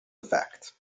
effect